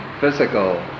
physical